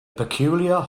peculiar